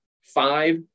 five